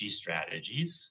strategies